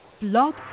blog